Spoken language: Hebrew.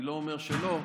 אני לא אומר שלא,